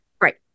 Right